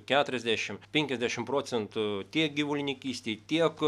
keturiasdešimt penkiasdešimt procentų tiek gyvulininkystėj tiek